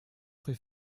ferez